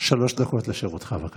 דקות לרשותך, בבקשה.